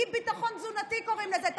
אי-ביטחון תזונתי קוראים לזה.